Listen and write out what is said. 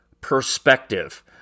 perspective